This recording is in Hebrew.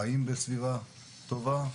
חיים בסביבה טובה,